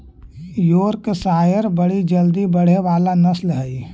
Yorkshire बड़ी जल्दी बढ़े वाला नस्ल हई